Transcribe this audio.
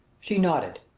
she nodded.